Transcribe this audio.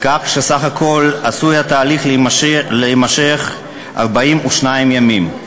כך שבסך הכול התהליך עשוי להימשך 42 ימים.